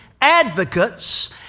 advocates